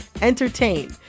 entertain